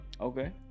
Okay